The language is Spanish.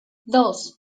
dos